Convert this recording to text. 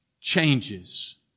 changes